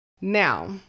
Now